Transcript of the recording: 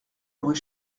aurait